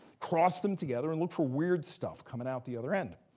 cross them together, and look for weird stuff coming out the other end.